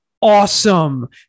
awesome